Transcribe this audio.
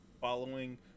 following